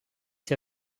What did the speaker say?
ces